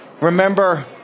Remember